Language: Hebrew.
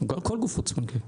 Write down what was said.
כל גוף חוץ בנקאי.